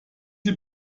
sie